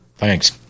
Thanks